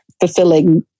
fulfilling